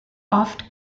oft